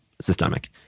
systemic